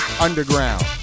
underground